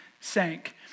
sank